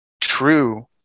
true